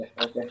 Okay